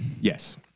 yes